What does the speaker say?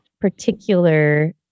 particular